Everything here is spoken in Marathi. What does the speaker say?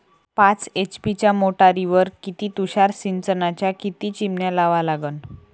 पाच एच.पी च्या मोटारीवर किती तुषार सिंचनाच्या किती चिमन्या लावा लागन?